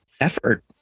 effort